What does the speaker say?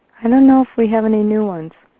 and know if we have any new ones.